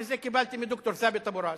ואת זה קיבלתי מד"ר ת'אבת אבו ראס,